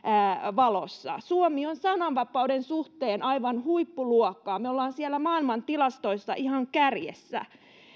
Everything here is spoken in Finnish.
valossa suomi on sananvapauden suhteen aivan huippuluokkaa me olemme siellä maailmantilastoissa ihan kärjessä